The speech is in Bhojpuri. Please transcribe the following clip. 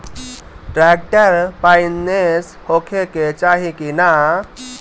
ट्रैक्टर पाईनेस होखे के चाही कि ना?